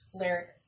lyric